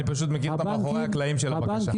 אני פשוט מכיר את המאחורי הקלעים של הבקשה.